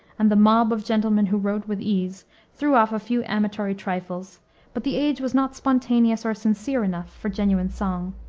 and the mob of gentlemen who wrote with ease threw off a few amatory trifles but the age was not spontaneous or sincere enough for genuine song.